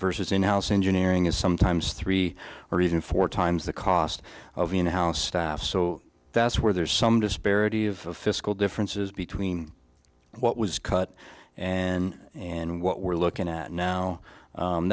versus in house engineering is sometimes three or even four times the cost of in house staff so that's where there's some disparity of fiscal differences between what was cut and and what we're looking at now